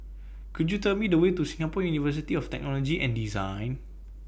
Could YOU Tell Me The Way to Singapore University of Technology and Design